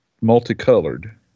multicolored